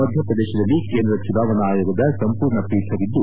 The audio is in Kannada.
ಮಧ್ಯಪ್ರದೇಶದಲ್ಲಿ ಕೇಂದ್ರ ಚುನಾವಣಾ ಆಯೋಗದ ಸಂಪೂರ್ಣ ಪೀಠವಿದ್ದು